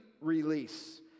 release